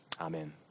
Amen